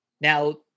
Now